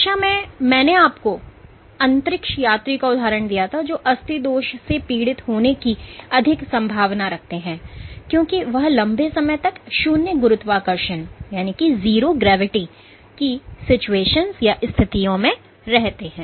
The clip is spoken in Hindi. कक्षा में मैंने आपको अंतरिक्ष यात्री का उदाहरण दिया था जो अस्थि दोष से पीड़ित होने की अधिक संभावना रखते हैं क्योंकि वह लंबे समय तक शून्य गुरुत्वाकर्षण की स्थितियों में रहते हैं